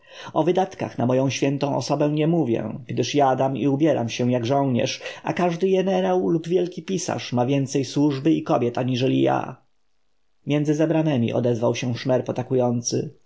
o wydatkach na moją świętą osobę nie mówię gdyż jadam i ubieram się jak żołnierz a każdy jenerał lub wielki pisarz ma więcej służby i kobiet aniżeli ja między zebranymi odezwał się szmer potakujący